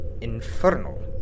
infernal